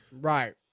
Right